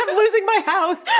um losing my house! yeah